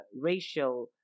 racial